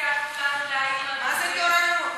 איזה תורנות?